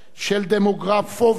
של "דמוגרפוביה".